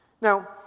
Now